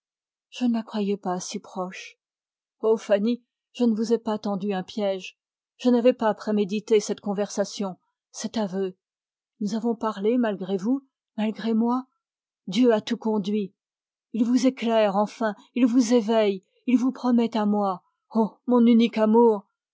je ne la croyais pas si proche ô fanny je ne vous ai pas tendu un piège nous avons parlé malgré vous malgré moi dieu a tout conduit il vous éclaire enfin il vous éveille il vous promet à moi ô mon unique amour